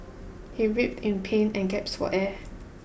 he writhed in pain and gasped for air